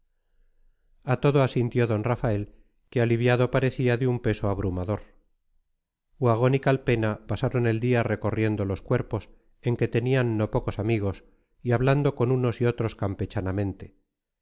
a todo asintió d rafael que aliviado parecía de un peso abrumador uhagón y calpena pasaron el día recorriendo los cuerpos en que tenían no pocos amigos y hablando con unos y otros